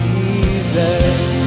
Jesus